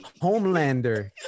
Homelander